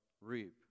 reap